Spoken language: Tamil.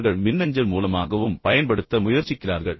அவர்கள் மின்னஞ்சல் மூலமாகவும் பயன்படுத்த முயற்சிக்கிறார்கள்